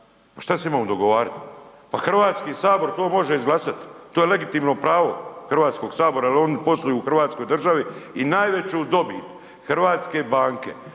Pa šta se imamo dogovarat? Pa HS to može izglasat, to je legitimno pravo HS-a jel oni posluju u Hrvatskoj državi i najveću dobit hrvatske banke